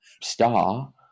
star